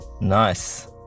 Nice